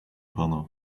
pana